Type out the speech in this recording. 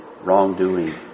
wrongdoing